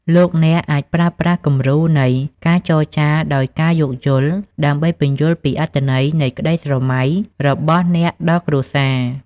លោកអ្នកអាចប្រើប្រាស់គំរូនៃ "ការចរចាដោយការយោគយល់" ដើម្បីពន្យល់ពីអត្ថន័យនៃក្តីស្រមៃរបស់អ្នកដល់គ្រួសារ។